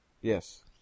Yes